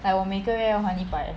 like 我每个月要还一百